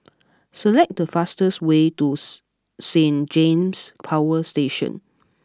select the fastest way to Saint James Power Station